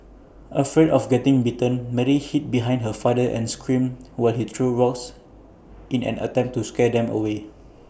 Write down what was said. afraid of getting bitten Mary hid behind her father and screamed while he threw rocks in an attempt to scare them away